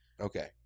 Okay